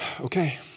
Okay